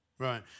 Right